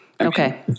Okay